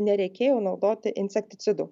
nereikėjo naudoti insekticidų